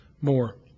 more